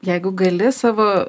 jeigu gali savo